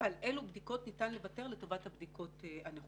ועל אלו בדיקות ניתן לוותר לטובת הבדיקות הנחוצות.